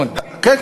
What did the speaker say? כן,